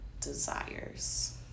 desires